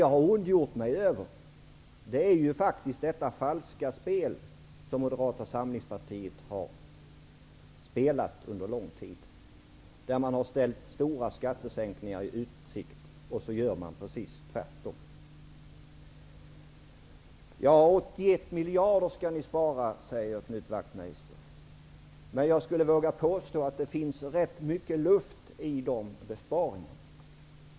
Men jag ondgör mig över det falska spel som Moderata samlingspartiet har spelat under lång tid. Man har ställt stora skattesänkningar i utsikt, och så gör man precis tvärtom. 81 miljarder skall ni spara, säger Knut Wachtmeister. Jag skulle våga påstå att det finns rätt mycket luft i de besparingarna.